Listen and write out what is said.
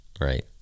Right